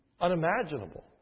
unimaginable